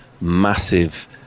massive